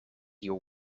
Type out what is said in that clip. your